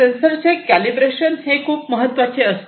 सेन्सरचे calibration हे खूप महत्त्वाचे असते